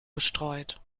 bestreut